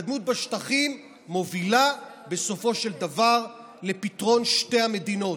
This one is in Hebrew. והתקדמות בשטחים מובילה בסופו של דבר לפתרון שתי המדינות.